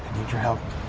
need your help.